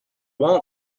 want